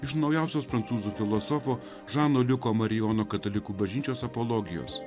iš naujausios prancūzų filosofo žano liuko marijono katalikų bažnyčios apologijos